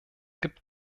gibt